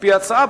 על-פי ההצעה,